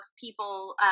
people